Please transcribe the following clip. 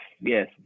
yes